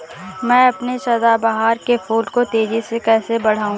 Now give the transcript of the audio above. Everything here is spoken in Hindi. मैं अपने सदाबहार के फूल को तेजी से कैसे बढाऊं?